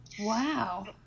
Wow